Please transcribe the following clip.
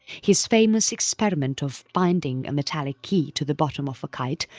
his famous experiment of binding a metallic key to the bottom of a kite,